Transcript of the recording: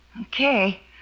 Okay